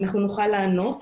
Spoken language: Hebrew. אנחנו נוכל לענות.